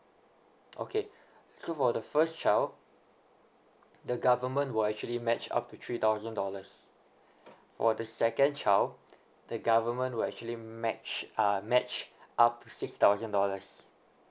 okay so for the first child the government will actually match up to three thousand dollars for the second child the government will actually match uh match up to six thousand dollars